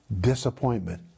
disappointment